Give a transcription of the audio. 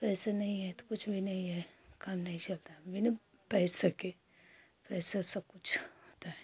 पैसा नहीं है तो कुछ भी नहीं है काम नहीं चलता बिना पैसे के पैसा सब कुछ होता है